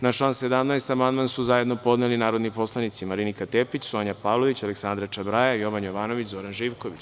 Na član 17. amandman su zajedno podneli narodni poslanici Marinika Tepić, Sonja Pavlović, Aleksandra Čabraja, Jovan Jovanović i Zoran Živković.